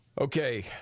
okay